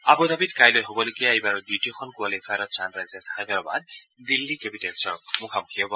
আবু ধাবিত কাইলৈ হ'বলগীয়া এইবাৰৰ দ্বিতীয়খন কোৱালিফায়াৰত ছানৰাইজাৰ্ছ হায়দৰাবাদ দিল্লী কেপিটেলছৰ মুখামুখি হ'ব